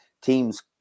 teams